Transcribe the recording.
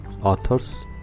authors